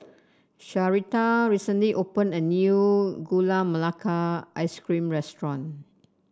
Sharita recently opened a new Gula Melaka Ice Cream restaurant